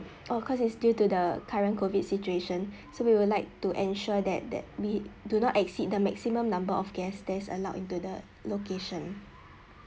oh cause it's due to the current COVID situation so we would like to ensure that that we do not exceed the maximum number of guest that is allowed into the location